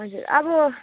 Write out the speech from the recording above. हजुर अब